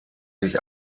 sich